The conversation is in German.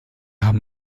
haben